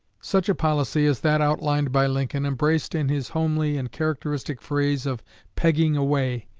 such a policy as that outlined by lincoln, embraced in his homely and characteristic phrase of pegging away,